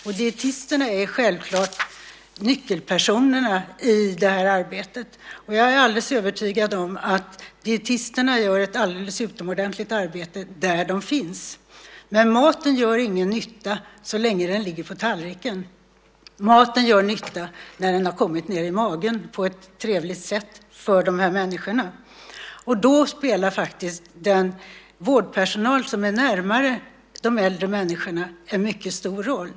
Dietisterna är självfallet nyckelpersonerna i det här arbetet. Jag är alldeles övertygad om att dietisterna gör ett alldeles utomordentligt arbete där de finns. Men maten gör ingen nytta så länge den ligger på tallriken. Maten gör nytta när den har kommit ned i magen på ett trevligt sätt för de här människorna. Då spelar faktiskt den vårdpersonal som är närmare de äldre människorna en mycket stor roll.